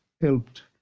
helped